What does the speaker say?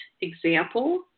example